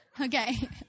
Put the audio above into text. Okay